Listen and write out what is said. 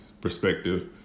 perspective